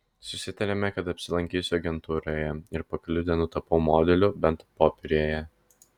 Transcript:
susitarėme kad apsilankysiu agentūroje ir po kelių dienų tapau modeliu bent popieriuje